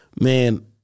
man